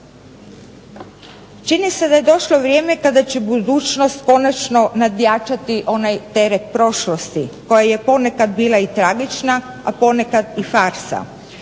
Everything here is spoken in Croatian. Čini se da je došlo vrijeme kada će budućnost konačno nadjačati onaj teret prošlosti koja je ponekad bila i tragična, a ponekad i farsa.